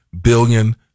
billion